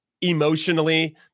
emotionally